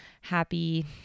happy